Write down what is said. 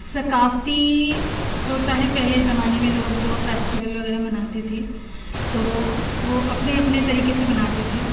ثقافتی ہوتا ہے پہلے زمانے میں لوگ جو فیسٹول وغیرہ مناتے تھے تو وہ اپنے اپنے طریقے سے مناتے تھے